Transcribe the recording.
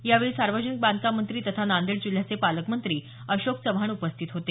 यावेळी सार्वजनिक बांधकाम मंत्री तथा नांदेड जिल्ह्याचे पालकमंत्री अशोक चव्हाण उपस्थित होते